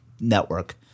network